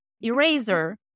eraser